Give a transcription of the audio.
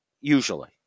usually